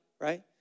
right